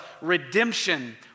Redemption